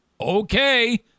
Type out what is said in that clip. Okay